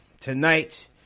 tonight